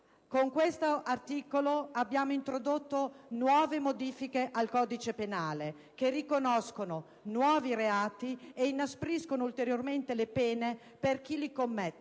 Con questo articolo abbiamo introdotto nuove modifiche al codice penale che riconoscono nuovi reati e inaspriscono ulteriormente le pene per chi li commette.